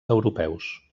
europeus